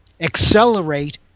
accelerate